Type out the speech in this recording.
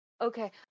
Okay